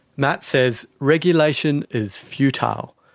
matt says regulation is futile.